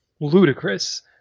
ludicrous